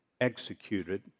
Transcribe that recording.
executed